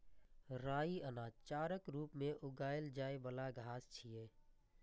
राइ अनाज, चाराक रूप मे उगाएल जाइ बला घास छियै